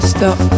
Stop